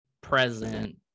present